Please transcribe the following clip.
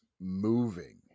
moving